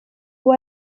uwo